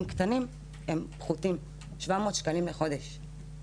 קטנים הוא פחות 700 שקלים בחודש.